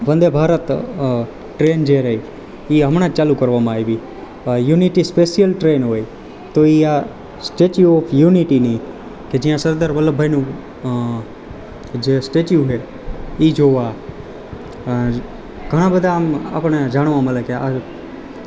વંદે Bharat train જે રહી એ હમણાં જ ચાલુ કરવામાં આવી યુનિટી સ્પેસિયલ ટ્રેન હોય તો એ આ સ્ટેચ્યૂ ઓફ યુનિટીની કે જ્યાં સરદાર વલ્લભ ભાઈનું જે સ્ટેચ્યૂ છે એ જોવા ઘણાં બધા આમ આપણને જાણવા મળે કે આ